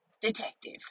detective